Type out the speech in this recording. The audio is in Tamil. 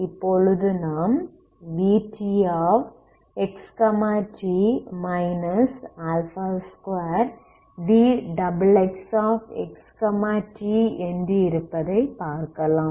இப்பொழுது நாம் vtxt 2vxxxt என்று இருப்பதை பார்க்கலாம்